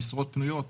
משרות פנויות,